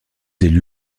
élus